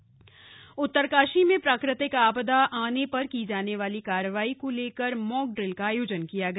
भुकंप मॉकड़िल उत्तरकाशी में प्राकृतिक आपदा आने पर की जाने वाली कार्रवाई को लेकर मॉक ड्रिल का आयोजन किया गया